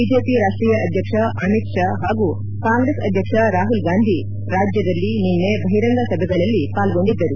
BJP ರಾಷ್ಷೀಯ ಅಧ್ಯಕ್ಷ ಅಮಿತ್ ಶಾ ಹಾಗೂ ಕಾಂಗ್ರೆಸ್ ಅಧ್ಯಕ್ಷ ರಾಹುಲ್ಗಾಂಧಿ ರಾಜ್ಯದಲ್ಲಿ ನಿನ್ನೆ ಬಹಿರಂಗ ಸಭೆಗಳಲ್ಲಿ ಪಾಲ್ಗೊಂಡಿದ್ದರು